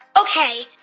ok.